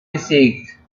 gesägt